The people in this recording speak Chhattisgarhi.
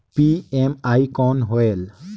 पी.एम.ई कौन होयल?